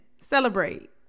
celebrate